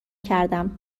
کردم